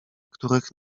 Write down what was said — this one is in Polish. których